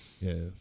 yes